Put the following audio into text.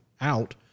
out